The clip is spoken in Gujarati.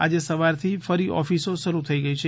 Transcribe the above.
આજે સવારથી ફરી ઓફિસો શરૂ થઇ ગઇ છે